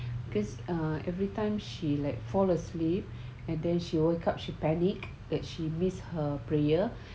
cause uh every time she like fall asleep and then she woke up she panic that she miss her prayer